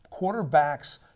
Quarterbacks